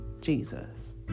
Jesus